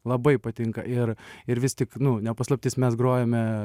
labai patinka ir ir vis tik nu ne paslaptis mes grojame